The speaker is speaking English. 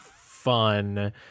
fun